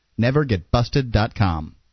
NeverGetBusted.com